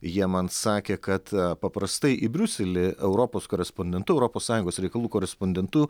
jie man sakė kad paprastai į briuselį europos korespondentu europos sąjungos reikalų korespondentu